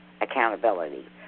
accountability